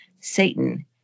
Satan